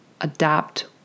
adapt